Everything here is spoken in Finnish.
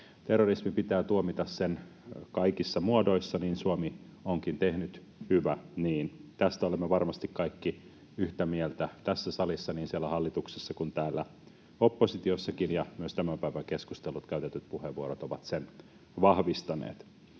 Terrorismi pitää tuomita sen kaikissa muodoissa. Niin Suomi onkin tehnyt, hyvä niin. Tästä olemme varmasti kaikki yhtä mieltä tässä salissa niin siellä hallituksessa kuin täällä oppositiossakin. Myös tämän päivän keskustelut, käytetyt puheenvuorot ovat sen vahvistaneet.